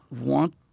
want